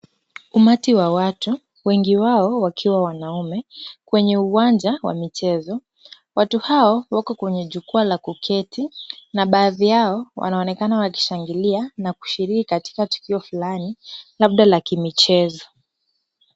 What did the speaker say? Umati wa watu, wengi wao wakiwa wanaume, kwenye uwanja wa michezo. Watu hao wako kwenye jukwaa la kuketi na baadhi yao wanaonekana wakishangilia na kushiriki katika tukio fulani, labda la kimichezo.